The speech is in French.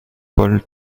paul